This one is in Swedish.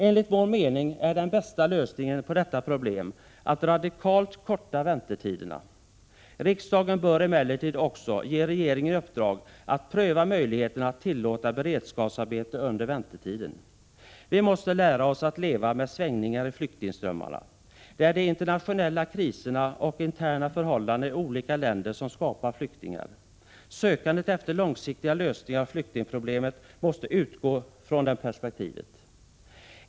Enligt vår mening är den bästa lösningen på detta problem att radikalt förkorta väntetiderna. Riksdagen bör emellertid också ge regeringen i uppdrag att pröva möjligheterna att tillåta beredskapsarbete under väntetiden. Vi måste lära oss att leva med svängningar i flyktingströmmarna. Det är de internationella kriserna och de interna förhållandena i olika länder som skapar flyktingar. I sökandet efter långsiktiga lösningar på flyktingproblemet måste man utgå från det perspektivet.